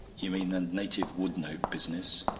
you mean the native wood-note business?